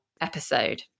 episode